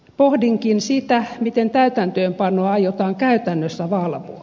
pohdinkin sitä miten täytäntöönpanoa aiotaan käytännössä valvoa